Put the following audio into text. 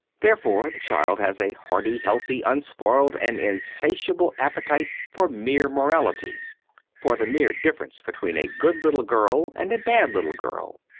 therefore, the child has a hearty, healthy, unspoiled, and insatiable appetite for mere morality for the mere difference between a good little girl and a bad little girl.